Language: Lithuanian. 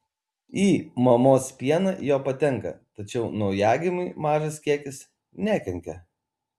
į mamos pieną jo patenka tačiau naujagimiui mažas kiekis nekenkia